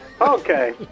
Okay